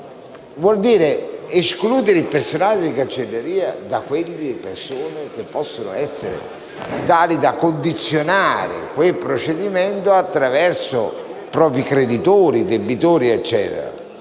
intende escludere il personale di cancelleria dalle persone che possono essere tali da condizionare quel procedimento attraverso propri creditori, debitori, eccetera.